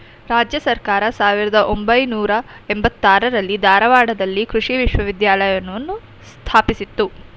ರಾಜ್ಯ ಸರ್ಕಾರ ಸಾವಿರ್ದ ಒಂಬೈನೂರ ಎಂಬತ್ತಾರರಲ್ಲಿ ಧಾರವಾಡದಲ್ಲಿ ಕೃಷಿ ವಿಶ್ವವಿದ್ಯಾಲಯವನ್ನು ಸ್ಥಾಪಿಸಿತು